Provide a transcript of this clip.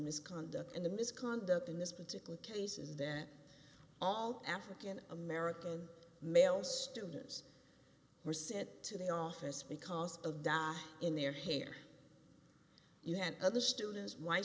misconduct and the misconduct in this particular case is that all african american male students were sent to the office because of die in their hair you had other students